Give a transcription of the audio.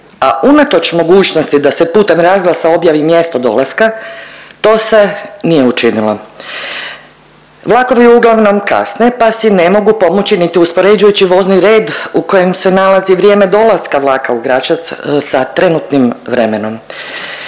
a unatoč mogućnosti da se putem razglasa objavi mjesto dolaska to se nije učinilo. Vlakovi uglavnom kasne, pa si ne mogu pomoći niti uspoređujući vozni red u kojem se nalazi vrijeme dolaska vlaka u Gračac sa trenutnim vremenom.